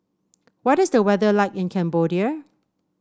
what is the weather like in Cambodia